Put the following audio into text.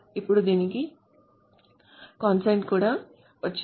ఇప్పుడు దీనికి con side కూడా వచ్చింది